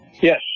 Yes